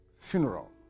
funeral